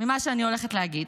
ממה שאני הולכת להגיד,